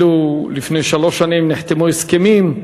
לפני שלוש שנים אפילו נחתמו הסכמים,